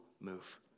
move